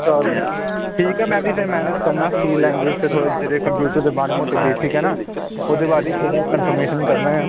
ਚੱਲ ਠੀਕ ਹੈ ਮੈਂ ਵੀ ਫਿਰ ਮਿਹਨਤ ਕਰਨਾ ਸੀ ਲੈਂਗਏਜ਼ 'ਚ ਥੋੜ੍ਹਾ ਜਿਹਾ ਜਿਹੜੇ ਕੰਪਿਊਟਰ ਦੇ ਮਾੜੇ ਮੋਟੇ ਬੇਸਿਕ ਹੈ ਨਾ ਉਹਦੇ ਬਾਰੇ ਥੋੜ੍ਹਾ ਕੰਨਫਰਮੇਸ਼ਨ ਕਰਨਾ ਹੈ